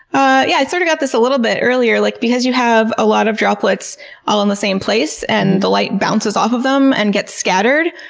i yeah sorta got this a little bit earlier. like because you have a lot of droplets all in the same place and the light bounces off of them and gets scattered,